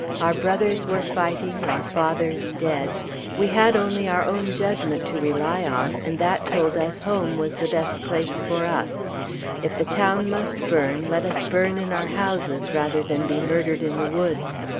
our brothers were fighting, our fathers dead we had only our own judgment to rely on, and that told us home was the best place for us if the town must burn, let us burn in our houses, rather than be murdered in the woods.